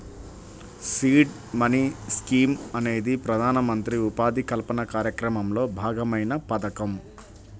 seed money scheme అనేది ప్రధానమంత్రి ఉపాధి కల్పన కార్యక్రమంలో భాగమైన పథకం